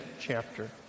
chapter